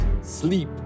sleep